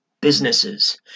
businesses